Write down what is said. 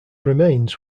remains